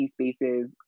spaces